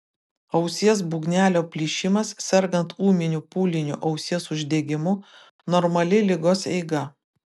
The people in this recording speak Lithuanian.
ausies būgnelio plyšimas sergant ūminiu pūliniu ausies uždegimu normali ligos eiga